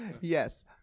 Yes